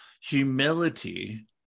Humility